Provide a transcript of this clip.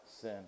sin